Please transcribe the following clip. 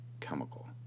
chemical